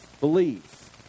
believe